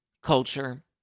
Culture